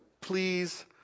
Please